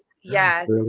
Yes